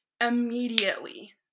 immediately